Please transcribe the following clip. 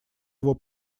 его